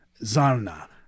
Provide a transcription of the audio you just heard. Zarna